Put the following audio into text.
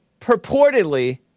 purportedly